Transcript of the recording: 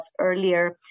earlier